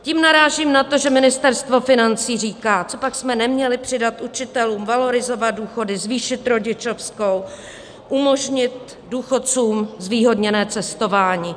Tím narážím na to, že Ministerstvo financí říká: Copak jsme neměli přidat učitelům, valorizovat důchody, zvýšit rodičovskou, umožnit důchodcům zvýhodněné cestování?